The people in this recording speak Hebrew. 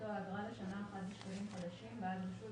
שכותרתו "האגרה לשנה אחת בשקלים חדשים בעד רישוי